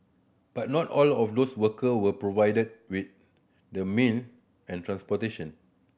but not all of those worker were provided with the meal and transportation